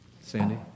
Sandy